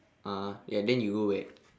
a'ah ya then you go where